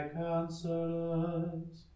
counselors